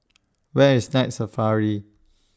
Where IS Night Safari